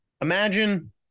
Imagine